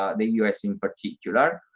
ah the u s. in particular.